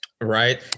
right